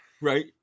Right